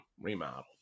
remodeled